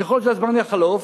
ככל שהזמן יחלוף,